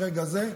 ברגע הזה,